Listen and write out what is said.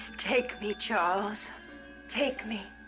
take me charles take me